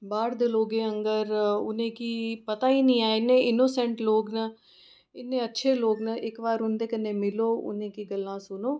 बाह्र दे लोगें आंह्गर उनेंगी पता गै नेईं ऐ इ'न्ने इन्नोसैंट लोग न इ'न्ने अच्छे लोग न इक बार उं'दे कन्नै मिलो उ'नेंगी गल्लां सुनो